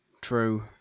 true